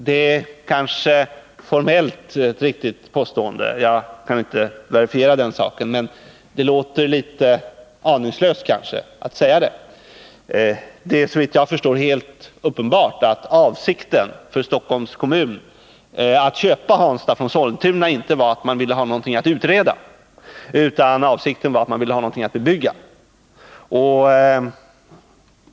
Detta är kanske ett formellt sett riktigt påstående. Jag kan inte verifiera den saken, men att säga som statsrådet Danell gjorde låter kanske litet aningslöst. Såvitt jag förstår är det uppenbart att Stockholms kommuns avsikt med att köpa Hansta från Sollentuna inte var att man ville ha någonting att utreda. Avsikten var naturligtvis att man ville ha någonting att bebygga.